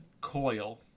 coil